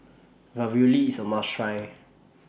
Ravioli IS A must Try